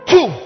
Two